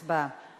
הצבעה.